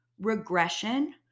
regression